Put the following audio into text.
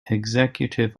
executive